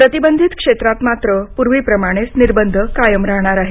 प्रतिबंधित क्षेत्रात मात्र पूर्वी प्रमाणेच निर्बंध कायम राहणार आहेत